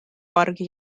pargi